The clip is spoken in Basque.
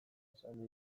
esan